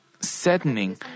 saddening